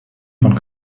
von